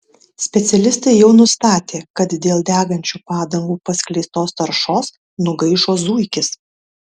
specialistai jau nustatė kad dėl degančių padangų paskleistos taršos nugaišo zuikis